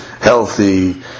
healthy